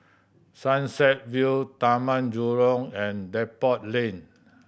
Sunset View Taman Jurong and Depot Lane